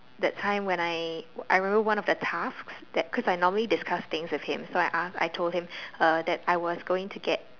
that time when I I remember one of the tasks that because normally I discussed things with him and so I ask I told him I was going to get